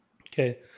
Okay